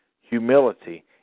Humility